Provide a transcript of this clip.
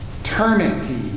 eternity